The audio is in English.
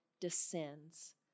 descends